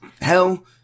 hell